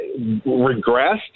regressed